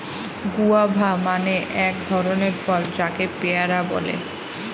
guava মানে এক ধরনের ফল যাকে পেয়ারা বলে